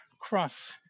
Cross